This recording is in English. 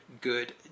good